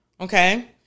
okay